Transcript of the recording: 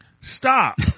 stop